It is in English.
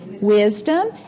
Wisdom